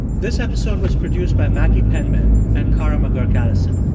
this episode was produced by maggie penman and kara mcguirk-allison.